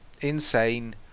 insane